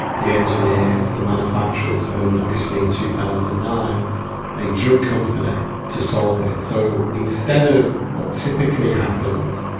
the engineers, the manufacturers, and obviously in two thousand and nine a drug company to solve it. so instead of what typically happens,